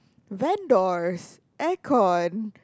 vendors aircon